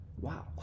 Wow